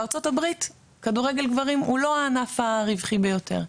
בארצות הברית כדורגל גברים הוא לא הענף הרווחי ביותר,